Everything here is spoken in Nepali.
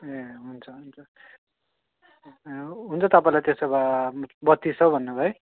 ए हुन्छ हुन्छ हुन्छ हुन्छ तपाईँलाई त्यसो भए बत्तिस सय भन्नुभयो है